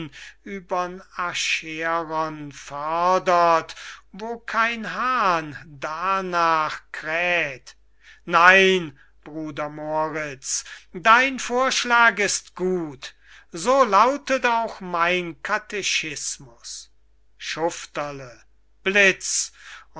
übern acheron fördert wo kein hahn darnach kräht nein bruder moriz dein vorschlag ist gut so lautet auch mein katechismus schufterle blitz